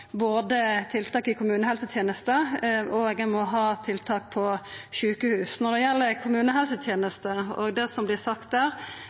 ein må ha tiltak både i kommunehelsetenesta og på sjukehus. Når det gjeld det som vart sagt